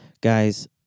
Guys